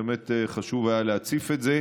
באמת חשוב היה להציף את זה.